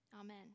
Amen